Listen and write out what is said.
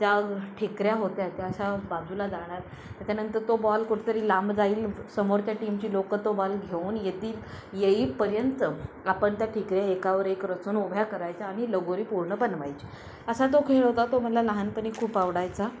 त्या ठिकऱ्या होत्या त्या अशा बाजूला जाणार त्याच्यानंतर तो बॉल कुठेतरी लांब जाईल समोरच्या टीमची लोकं तो बॉल घेऊन येतील येईपर्यंत आपण त्या ठिकऱ्या एकावर एक रचून उभ्या करायच्या आणि लगोरी पूर्ण बनवायची असा तो खेळ होता तो मला लहानपणी खूप आवडायचा